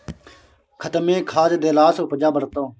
खेतमे खाद देलासँ उपजा बढ़तौ